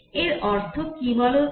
এর অর্থ কি বল তো